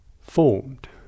formed